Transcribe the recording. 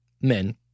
men